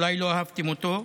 אולי לא אהבתם אותו,